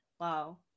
Wow